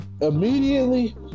immediately